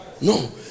No